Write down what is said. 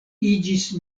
iĝis